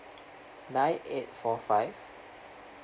nine eight four five